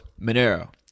Monero